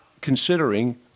considering